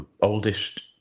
oldest